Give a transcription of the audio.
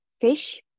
fish